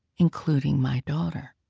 including my daughter.